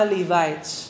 Levites